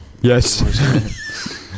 Yes